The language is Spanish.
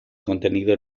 contenido